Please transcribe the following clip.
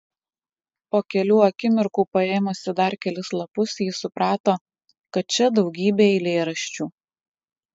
po kelių akimirkų paėmusi dar kelis lapus ji suprato kad čia daugybė eilėraščių